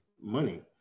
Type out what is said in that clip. money